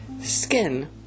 skin